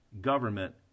government